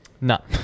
No